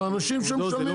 אבל אנשים שמשלמים,